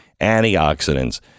antioxidants